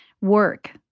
Work